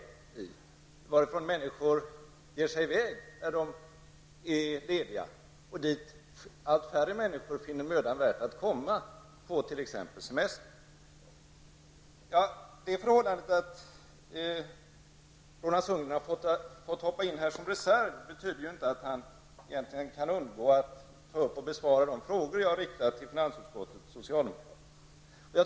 Det är ett land varifrån människor ger sig i väg när de är lediga, liksom det är ett land till vilket allt färre människor finner det mödan värt att komma på t.ex. semestern. Det förhållandet att Roland Sundgren har fått hoppa in som reserv för Hans Gustafsson betyder inte att han kan undgå att besvara de frågor som jag riktat till finansutskottets socialdemokrater.